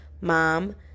mom